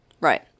Right